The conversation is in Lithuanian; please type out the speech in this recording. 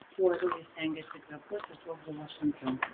kuo uoliau ji stengėsi kvėpuoti tuo buvo sunkiau